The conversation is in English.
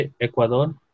Ecuador